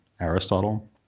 Aristotle